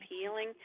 healing